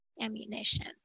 ammunition